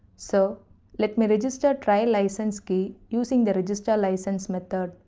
so let me register trial license key using the registerlicense method.